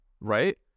right